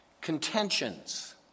contentions